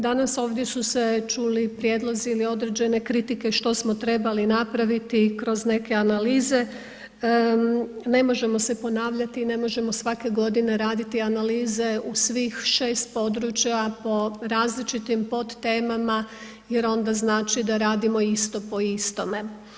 Danas ovdje su se čuli prijedlozi ili određene kritike što smo trebali napraviti kroz neke analize, ne može se ponavljati i ne možemo svake godine raditi analize u svih 6 područja po različitim podtemama jer onda znači da radimo isto po istome.